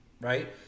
Right